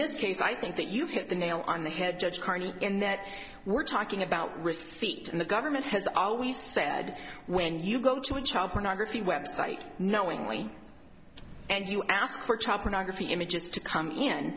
this case i think that you hit the nail on the head judge harney and that we're talking about receipt and the government has always said when you go to a child pornography website knowingly and you ask for child pornography images to come in